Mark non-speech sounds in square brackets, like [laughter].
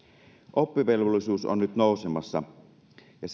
oppivelvollisuusikä on nyt nousemassa ja [unintelligible]